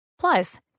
Plus